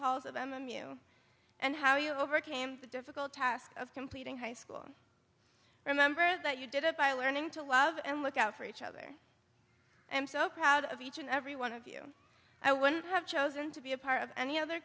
of m m u and how you overcame the difficult task of completing high school remember that you did it by learning to love and look out for each other i am so proud of each and every one of you i wouldn't have chosen to be a part of any other